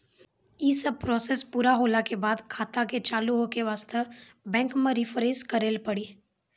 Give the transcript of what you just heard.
यी सब प्रोसेस पुरा होला के बाद खाता के चालू हो के वास्ते बैंक मे रिफ्रेश करैला पड़ी?